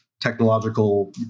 technological